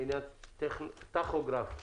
לעניין טכוגרף דיגיטלי.